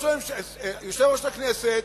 יושב-ראש הכנסת